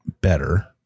better